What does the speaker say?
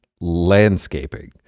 landscaping